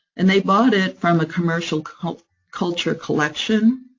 and they bought it from a commercial culture culture collection,